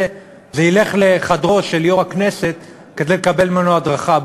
זה ללכת לחדרו של יושב-ראש הכנסת כדי לקבל ממנו הדרכה.